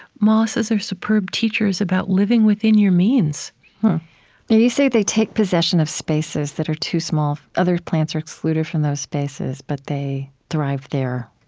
mosses are superb teachers about living within your means and you say they take possession of spaces that are too small other plants are excluded from those spaces, but they thrive there